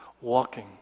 walking